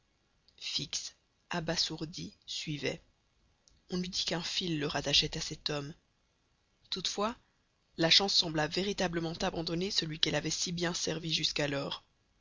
fix abasourdi suivait on eût dit qu'un fil le rattachait à cet homme toutefois la chance sembla véritablement abandonner celui qu'elle avait si bien servi jusqu'alors